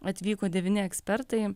atvyko devyni ekspertai